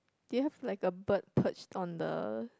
do you have like a bird perched on the